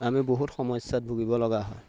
আমি বহুত সমস্যাত ভুগিব লগা হয়